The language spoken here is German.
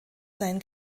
sein